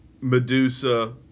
Medusa